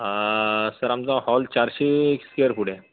sir आमचा hall चारशे square foot आहे